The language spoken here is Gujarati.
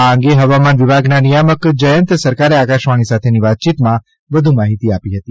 આ અંગે હવામાન વિભાગના નિયામક શ્રીજયંત સરકારે આકાશવાણી સાથેની વાતચીતમાં વધુ માહિતી આપી છે